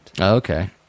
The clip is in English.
Okay